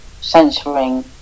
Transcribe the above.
censoring